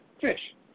Fish